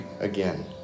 again